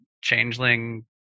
Changeling